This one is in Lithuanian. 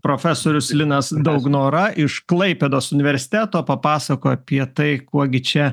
profesorius linas daugnora iš klaipėdos universiteto papasakojo apie tai kuo gi čia